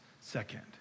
second